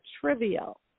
trivial